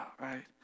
right